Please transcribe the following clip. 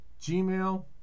gmail